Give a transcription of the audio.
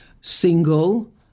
single